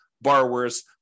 borrowers